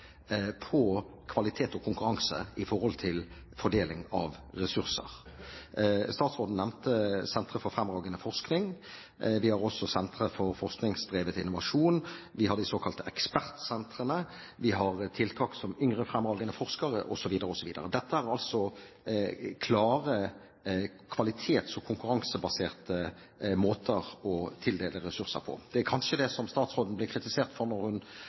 på kvalitet og konkurranse når det gjelder fordeling av ressurser. Statsråden nevnte Senter for fremragende forskning. Vi har også Senter for forskningsdrevet innovasjon. Vi har de såkalte Ekspertsentrene, vi har tiltak som Yngre fremragende forskere, osv. Dette er klare kvalitets- og konkurransebaserte måter å tildele ressurser på. Det er kanskje det som statsråden blir kritisert for, når jeg ser at hun